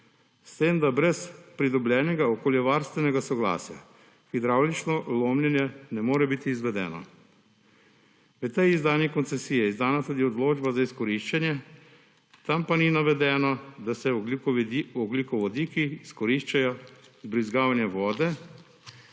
s tem da brez pridobljenega okoljevarstvenega soglasja hidravlično lomljenje ne more biti izvedeno. V tej izdani koncesiji je izdana tudi odločba za izkoriščanje, tam pa ni navedeno, da se ogljikovodiki izkoriščajo z vbrizgavanjem vode